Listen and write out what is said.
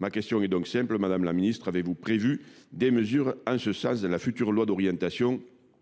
Ma question est donc simple, madame la ministre : avez vous prévu des mesures en ce sens dans la future LOA, qui